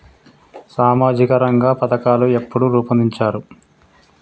సామాజిక రంగ పథకాలు ఎప్పుడు రూపొందించారు?